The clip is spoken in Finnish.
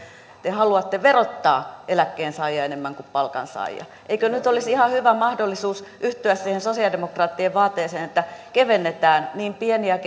te haluatte verottaa eläkkeensaajia enemmän kuin palkansaajia eikö nyt olisi ihan hyvä mahdollisuus yhtyä siihen sosialidemokraattien vaateeseen että kevennetään niin pieni ja